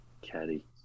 Caddy